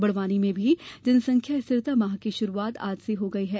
बड़वानी में भी जनसंख्या स्थिरता माह की शुरूआत आज से हो गई है